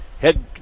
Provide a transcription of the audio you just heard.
head